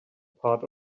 part